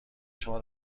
شما